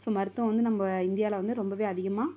so மருத்துவம் வந்து நம்ம இந்தியாவில் வந்து ரொம்ப அதிகமாக